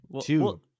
Two